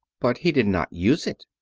but he did not use it.